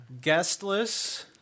guestless